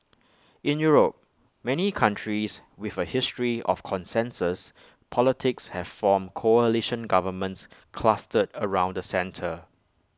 in Europe many countries with A history of consensus politics have formed coalition governments clustered around the centre